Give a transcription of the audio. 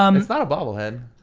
um it's not a bobble head.